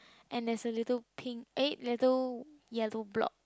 and there's a little pink eh little yellow block